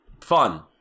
fun